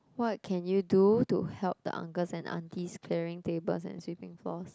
what can you do to help the uncles and aunties clearing tables and sweeping floors